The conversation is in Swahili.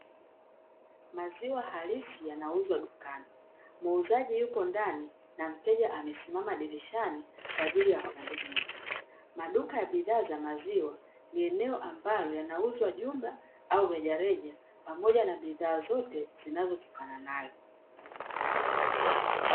Maziwa halisi yanauzwa dukani muuzaji yupo ndani na mteja amesimama dirishani kwa ajili ya kuhudumiwa maduka ya bidhaa za maziwa ni eneo ambalo yanauzwa jumla au rejareja pamoja na bidhaa zote zinazotukana nayo.